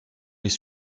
les